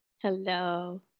Hello